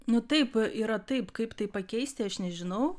nu taip yra taip kaip tai pakeisti aš nežinau